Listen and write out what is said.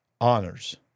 honors